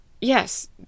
Yes